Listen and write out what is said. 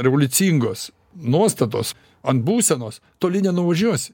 revoliucingos nuostatos ant būsenos toli nenuvažiuosi